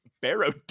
barrow